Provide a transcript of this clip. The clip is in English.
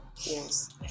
Yes